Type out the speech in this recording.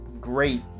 great